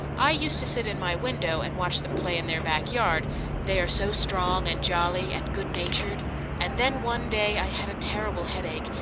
i used to sit in my window and watch them play in their backyard they are so strong, and jolly, and good-natured and then, one day, i had a terrible headache,